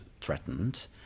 threatened